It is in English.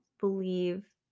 believe